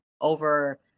over